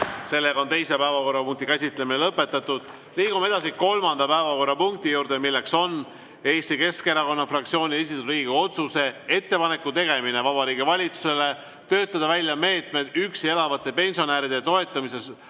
võetud. Teise päevakorrapunkti käsitlemine on lõpetatud. Liigume edasi kolmanda päevakorrapunkti juurde, milleks on Eesti Keskerakonna fraktsiooni esitatud Riigikogu otsuse "Ettepaneku tegemine Vabariigi Valitsusele töötada välja meetmed üksi elavate pensionäride toetamise